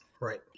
Right